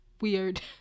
weird